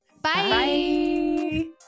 Bye